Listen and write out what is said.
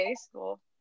school